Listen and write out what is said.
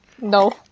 No